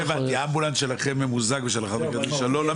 אמבולנס שלכם ממוזג ושל החברה קדישא לא ממוזג?